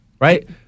right